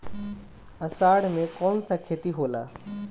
अषाढ़ मे कौन सा खेती होला?